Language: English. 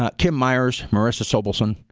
ah kim myers, morissa sobelson,